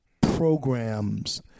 programs